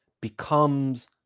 becomes